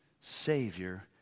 Savior